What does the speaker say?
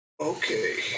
Okay